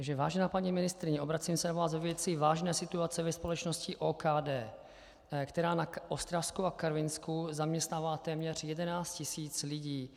Takže vážená paní ministryně, obracím se na vás ve věci vážné situace ve společnosti OKD, která na Ostravsku a Karvinsku zaměstnává téměř 11 tisíc lidí.